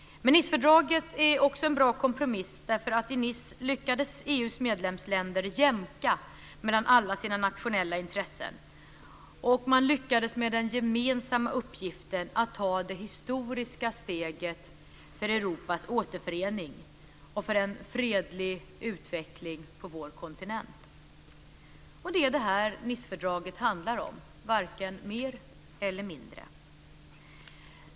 Nicefördraget är också en bra kompromiss därför att i Nice lyckades EU:s medlemsländer jämka mellan alla sina nationella intressen, och man lyckades med den gemensamma uppgiften att ta det historiska steget för Europas återförening och för en fredlig utveckling på vår kontinent. Det är det Nicefördraget handlar om - varken mer eller mindre.